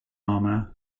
armor